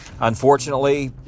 unfortunately